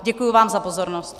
Děkuji vám za pozornost.